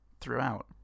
throughout